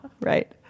Right